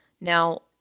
Now